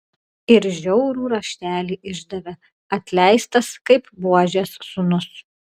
ir žiaurų raštelį išdavė atleistas kaip buožės sūnus